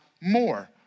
more